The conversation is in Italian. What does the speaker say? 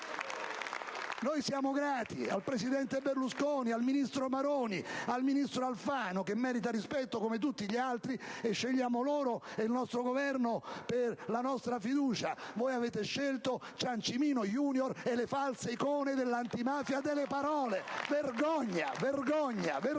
Siamo grati al presidente Berlusconi, al ministro Maroni, al ministro Alfano, che merita rispetto, come tutti gli altri, e scegliamo loro e il nostro Governo per la nostra fiducia. Voi avete scelto Ciancimino *junior* e le false icone dell'antimafia delle parole. Vergogna. Vergogna. Vergogna.